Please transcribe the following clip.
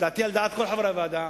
לדעתי על דעת כל חברי הוועדה,